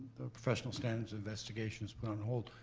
professional standards investigation is put on hold.